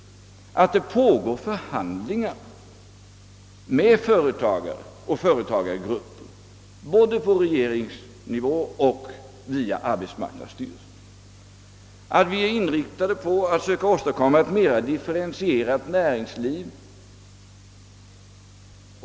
Jag har ju framhållit att det pågår förhandlingar med företagare och företagargrupper både på regeringsnivå och via arbetsmarknadsstyrelsen och att vi är inriktade på att söka åstadkomma ett mera differentierat näringsliv.